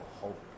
hope